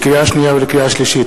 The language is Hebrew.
לקריאה שנייה ולקריאה שלישית: